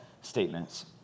statements